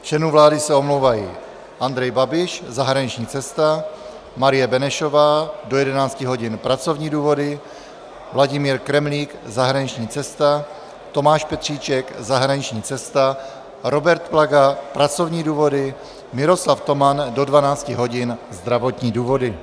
Z členů vlády se omlouvají: Andrej Babiš zahraniční cesta, Marie Benešová do 11 hodin pracovní důvody, Vladimír Kremlík zahraniční cesta, Tomáš Petříček zahraniční cesta, Robert Plaga pracovní důvody, Miroslav Toman do 12 hodin zdravotní důvody.